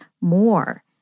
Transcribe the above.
more